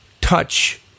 touch